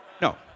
No